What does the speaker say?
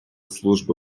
служби